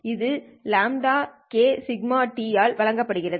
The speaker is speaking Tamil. இது λkδt ஆல் வழங்கப்படுகிறது